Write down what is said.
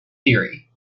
theory